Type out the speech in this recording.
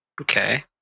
Okay